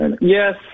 Yes